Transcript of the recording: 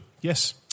Yes